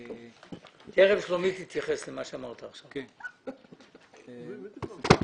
תהיה חזקה שהוא תנאי מקפח אלא אם כן בשעת